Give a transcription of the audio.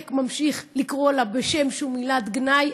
ממשיך לקרוא לה בשם שהוא מילת גנאי,